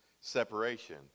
Separation